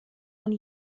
und